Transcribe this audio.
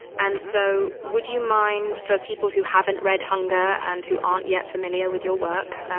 and so would you mind for people who haven't read hunger and who aren't yet familiar with your work,